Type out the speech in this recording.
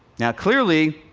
now clearly,